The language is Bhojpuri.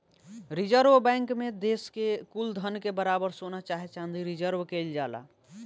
रिजर्व बैंक मे देश के कुल धन के बराबर सोना चाहे चाँदी रिजर्व केइल जाला